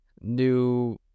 new